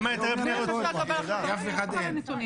לאף אחד אין.